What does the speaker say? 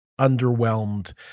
underwhelmed